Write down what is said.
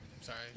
sorry